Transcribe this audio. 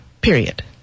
period